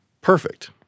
perfect